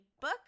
book